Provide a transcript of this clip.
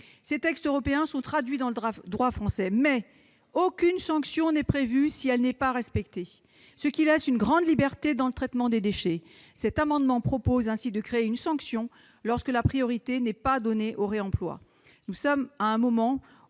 Ces textes européens sont transposés en droit français, mais aucune sanction n'est prévue si les règles de priorité ne sont pas respectées, ce qui laisse une grande liberté dans le traitement des déchets. Cet amendement vise ainsi à créer une sanction lorsque la priorité n'est pas donnée au réemploi. Nous sommes à un moment où